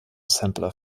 sampler